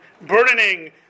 burdening